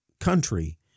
country